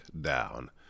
down